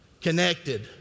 connected